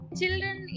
children